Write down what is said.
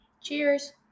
Cheers